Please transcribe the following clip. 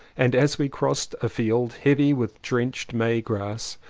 and as we crossed a field, heavy with drenched may grass,